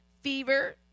fever